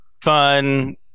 fun